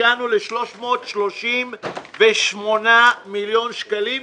הגענו ל-338 מיליון שקלים,